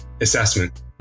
assessment